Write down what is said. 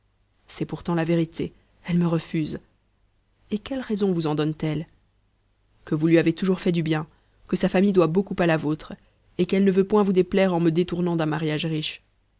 c'est pourtant la vérité elle me refuse et quelles raisons vous en donne-t-elle que vous lui avez toujours fait du bien que sa famille doit beaucoup à la vôtre et qu'elle ne veut point vous déplaire en me détournant d'un mariage riche